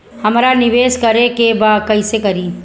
हमरा निवेश करे के बा कईसे करी?